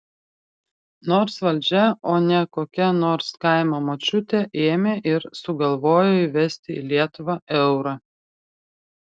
nors valdžia o ne kokia nors kaimo močiutė ėmė ir sugalvojo įvesti į lietuvą eurą